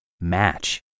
match